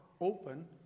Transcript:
open